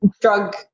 drug